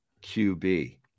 QB